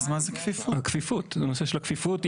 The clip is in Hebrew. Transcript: זה הנושא של הכפיפות.